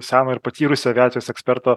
seno ir patyrusio aviacijos eksperto